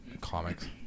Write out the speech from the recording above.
comics